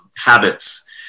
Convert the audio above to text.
habits